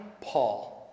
Paul